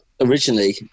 originally